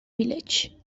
village